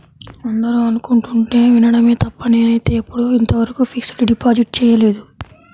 అందరూ అనుకుంటుంటే వినడమే తప్ప నేనైతే ఎప్పుడూ ఇంతవరకు ఫిక్స్డ్ డిపాజిట్ చేయలేదు